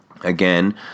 Again